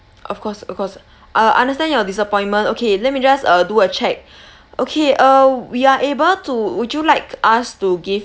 of course of course uh understand your disappointment okay let me just uh do a check okay uh we are able to would you like us to give